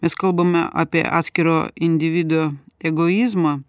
mes kalbame apie atskiro individo egoizmą